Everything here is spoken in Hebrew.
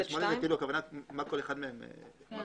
לא, ב-(8) הכוונה מה כל אחד מהם החליט.